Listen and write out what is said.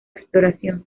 exploración